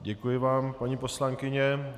Děkuji vám, paní poslankyně.